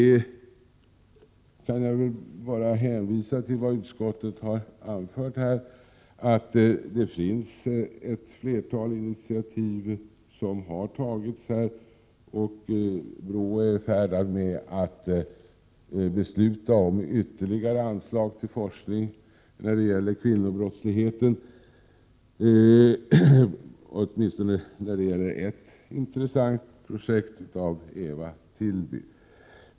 Jag kan hänvisa till vad utskottet anfört, att fler initiativ redan tagits. BRÅ är i färd med att besluta om ytterligare anslag till forskning om kvinnobrottslighet, åtminstone för ett intressant projekt under ledning av Eva Tillby.